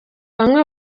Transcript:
bamwe